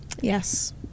Yes